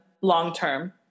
long-term